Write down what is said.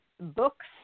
books